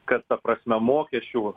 kad ta prasme mokesčių